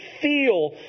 feel